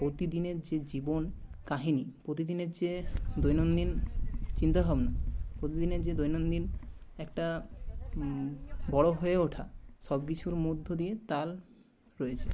প্রতিদিনের যে জীবন কাহিনী প্রতিদিনের যে দৈনন্দিন চিন্তাভাবনা প্রতিদিনের যে দৈনন্দিন একটা বড় হয়ে ওঠা সব কিছুর মধ্যে দিয়ে তাল রয়েছে